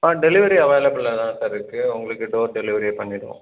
ஆ delivery அவைலபிளாக தான் sir இருக்கு உங்களுக்கு டோர் டெலிவரியே பண்ணிவிடுவோம்